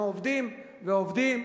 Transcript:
אנחנו עובדים ועובדים.